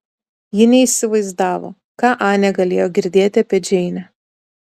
ji neįsivaizdavo ką anė galėjo girdėti apie džeinę